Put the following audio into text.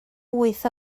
wyth